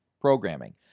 programming